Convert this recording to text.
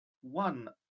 One